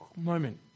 moment